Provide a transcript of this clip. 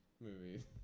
movies